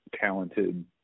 talented